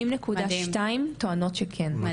70.2 טוענות שכן.